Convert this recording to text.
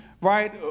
right